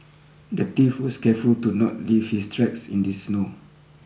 the thief was careful to not leave his tracks in the snow